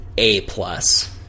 A-plus